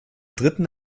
dritten